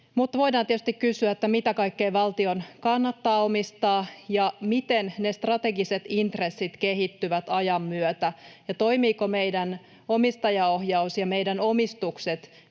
mutta voidaan tietysti kysyä, mitä kaikkea valtion kannattaa omistaa ja miten ne strategiset intressit kehittyvät ajan myötä ja toimivatko meidän omistajaohjaus ja meidän omistukset